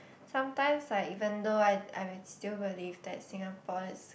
sometimes like even though I I will still believe that Singapore is